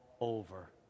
over